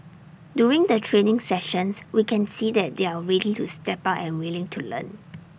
during the training sessions we can see that they're ready to step up and willing to learn